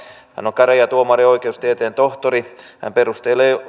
hän on käräjätuomari ja oikeustieteen tohtori hän perustelee